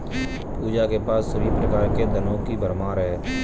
पूजा के पास सभी प्रकार के धनों की भरमार है